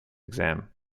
exam